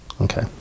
Okay